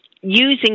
using